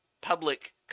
public